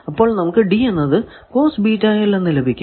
അപ്പോൾ നമുക്ക് D എന്നത് എന്ന് ലഭിക്കും